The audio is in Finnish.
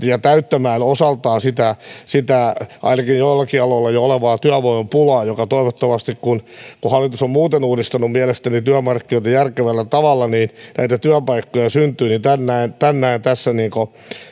ja täyttämään osaltaan sitä sitä ainakin joillakin aloilla jo olevaa työvoimapulaa toivottavasti kun kun hallitus on muuten uudistanut mielestäni työmarkkinoita järkevällä tavalla näitä työpaikkoja syntyy tämän näen tässä